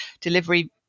delivery